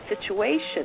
situation